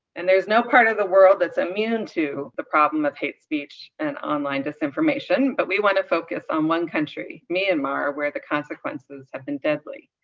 and there's no part of the world that's immune to the problem of hate speech and online disinformation, but we want to focus on one country, myanmar, where the consequences have been deadly.